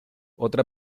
otra